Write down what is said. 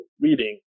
reading